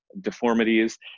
deformities